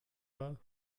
war